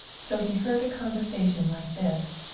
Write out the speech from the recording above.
so he heard a conversation like this,